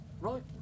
Right